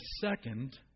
second